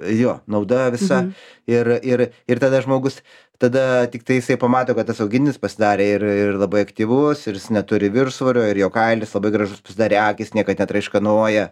jo nauda visa ir ir ir tada žmogus tada tiktai jisai pamato kad tas auginis pasidarė ir ir labai aktyvus ir jis neturi viršsvorio ir jo kailis labai gražus pasidarė akys niekad netraiškanoja